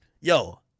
Yo